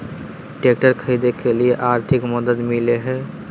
Tractor खरीदे के लिए आर्थिक मदद मिलो है?